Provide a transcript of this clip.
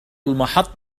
المحطة